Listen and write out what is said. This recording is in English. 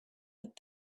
but